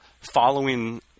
following